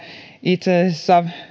itse asiassa